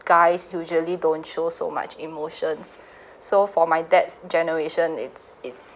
guys usually don't show so much emotions so for my dad's generation it's it's